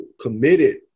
committed